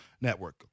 Network